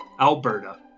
Alberta